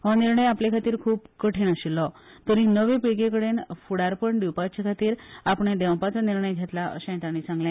हो निर्णय आपल्याखातीर खूप कठीण आशिल्लो तरी नवे पिळगेकडेन फूडारपण दिवपाखातीर आपणे देंवपाचो निर्णय घेतला अशे ताणी सांगले